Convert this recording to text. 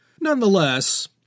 Nonetheless